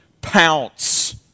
pounce